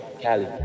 Cali